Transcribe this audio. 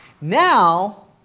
Now